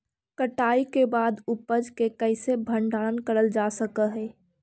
कटाई के बाद उपज के कईसे भंडारण करल जा सक हई?